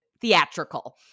theatrical